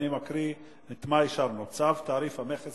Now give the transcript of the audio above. אני מקריא את מה שאישרנו: צו תעריף המכס